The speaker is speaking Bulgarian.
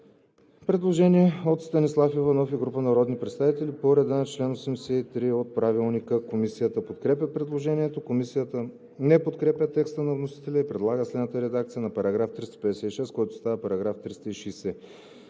Предложение от Станислав Иванов и група народни представители по реда на чл. 83, ал. 5, т. 2 от Правилника. Комисията подкрепя предложението. Комисията не подкрепя текста на вносителя и предлага следната редакция за § 356, който става § 360: